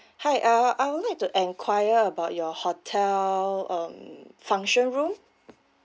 hi I would like I would like to inquire about your hotel um function room